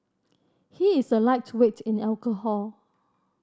he is a lightweight in alcohol